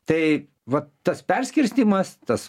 tai vat tas perskirstymas tas